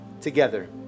together